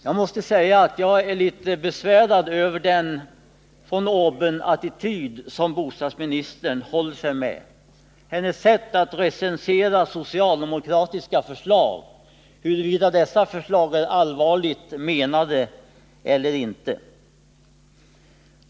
Jag måste säga att jag är litet besvärad av den von-oben-attityd som bostadsministern håller sig med och som yttrar sig i hennes sätt att recensera socialdemokratiska förslag och ifrågasätta huruvida de är allvarligt menade eller inte.